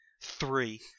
Three